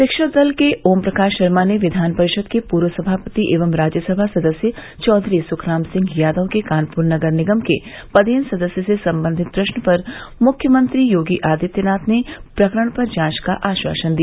शिक्षक दल के ओम प्रकाश शर्मा ने विधान परिषद के पूर्व सभापति एवं राज्यसभा सदस्य चौधरी सुखराम सिंह यादव के कानपुर नगर निगम के पदेन सदस्य से संबंधित प्रश्न पर मुख्यमंत्री योगी आदित्यनाथ ने प्रकरण पर जांच का आश्वासन दिया